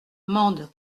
mende